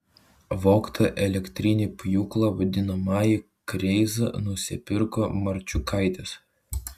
vogtą elektrinį pjūklą vadinamąjį kreizą nusipirko marčiukaitis